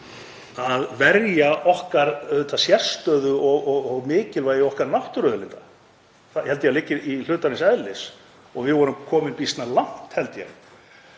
að verja okkar sérstöðu og mikilvægi náttúruauðlinda okkar. Það held ég að liggi í hlutarins eðli og við vorum komin býsna langt, held ég.